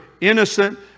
innocent